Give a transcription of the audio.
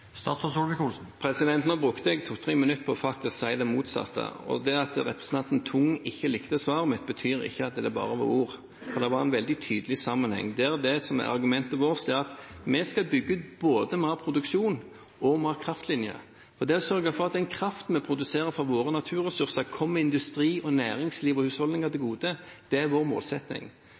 Nå brukte jeg to–tre minutter på å si det motsatte. Det at representanten Tung ikke likte svaret mitt, betyr ikke at det bare var ord. Det var en veldig tydelig sammenheng. Det som er argumentet vårt, er at vi skal bygge ut både mer produksjon og flere kraftlinjer. Det å sørge for at den kraften vi produserer fra våre kraftressurser, kommer industri, næringsliv og husholdninger til gode, er vår målsetting.